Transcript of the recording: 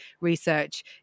research